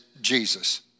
Jesus